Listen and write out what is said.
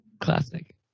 Classic